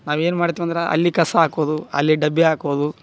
ನಾವೇನು ಮಾಡ್ತಿವಿ ಅಂದ್ರೆ ಅಲ್ಲಿ ಕಸ ಹಾಕೋದು ಅಲ್ಲಿ ಡಬ್ಬಿ ಹಾಕೋದು